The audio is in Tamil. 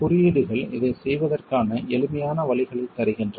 குறியீடுகள் இதைச் செய்வதற்கான எளிமையான வழிகளைத் தருகின்றன